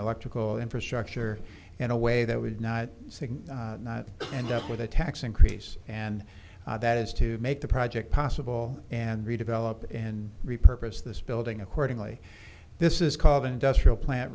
electrical infrastructure and a way that would not end up with a tax increase and that is to make the project possible and redevelop and repurpose this building accordingly this is called an industrial plant